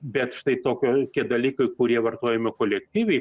bet štai tokio tie dalykai kurie vartojami kolektyviai